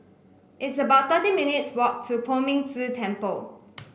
it's about thirteen minutes' walk to Poh Ming Tse Temple